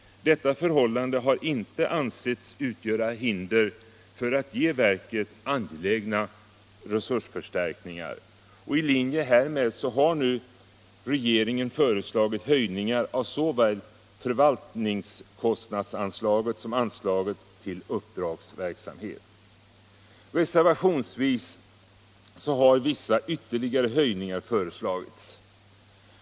Detta förhållande har inte ansetts utgöra hinder för att ge verket angelägna resursförstärkningar. I linje härmed har nu regeringen föreslagit höjningar av såväl förvaltningskostnadsanslaget som anslaget till uppdragsverksamhet. Reservationsvis har vissa ytterligare höjningar föreslagits.